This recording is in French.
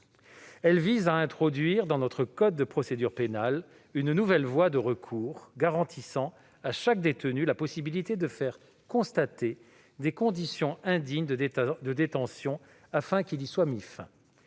Elle introduit dans notre code de procédure pénale une nouvelle voie de recours garantissant à chaque détenu la possibilité de faire constater des conditions indignes de détention afin qu'il y soit mis fin.